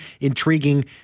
intriguing